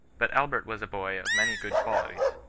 but albert was a boy of many good qualities.